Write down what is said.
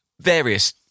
various